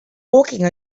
walking